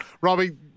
Robbie